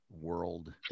world